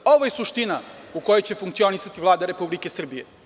Ovo je suština gde će funkcionisati Vlada Republike Srbije.